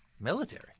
Military